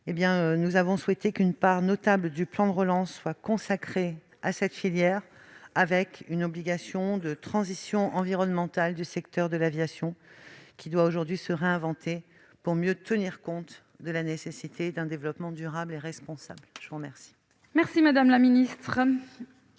nous avons souhaité qu'une part notable du plan de relance soit consacrée à cette filière, avec une obligation de transition environnementale du secteur de l'aviation. Celui-ci doit en effet se réinventer pour mieux tenir compte de la nécessité d'un développement durable et responsable. Comme M. le rapporteur